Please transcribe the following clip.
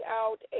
out